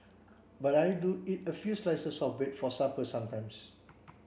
but I do eat a few slices of bread for supper sometimes